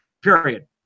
period